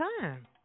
time